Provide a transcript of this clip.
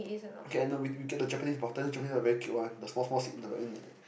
okay I know we get the Japanese bath tub the Japanese very cute one the small small seat the and then like